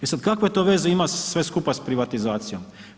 E sad, kakve to veze ima sve skupa s privatizacijom?